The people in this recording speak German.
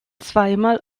zweimal